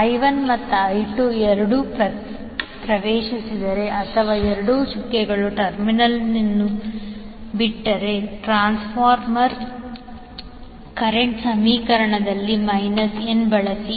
I1 ಮತ್ತು I2 ಎರಡೂ ಪ್ರವೇಶಿಸಿದರೆ ಅಥವಾ ಎರಡೂ ಚುಕ್ಕೆಗಳ ಟರ್ಮಿನಲ್ಗಳನ್ನು ಬಿಟ್ಟರೆ ಟ್ರಾನ್ಸ್ಫಾರ್ಮರ್ ಕರೆಂಟ್ ಸಮೀಕರಣದಲ್ಲಿ n ಬಳಸಿ